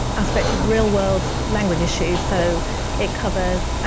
aspect of real world language issue. so it covers ah